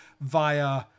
via